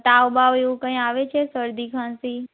તાવ બાવ એવું કંઈ આવે છે શરદી ખાસી